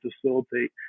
facilitate